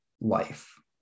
life